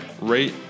rate